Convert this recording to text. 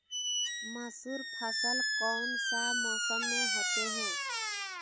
मसूर फसल कौन सा मौसम में होते हैं?